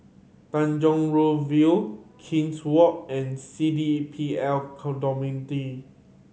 Tanjong Rhu View King's Walk and C D P L